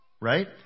right